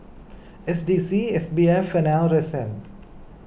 S D C S B F and R S N